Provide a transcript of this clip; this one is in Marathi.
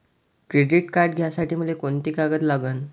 क्रेडिट कार्ड घ्यासाठी मले कोंते कागद लागन?